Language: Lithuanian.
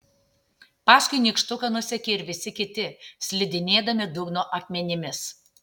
paskui nykštuką nusekė ir visi kiti slidinėdami dugno akmenimis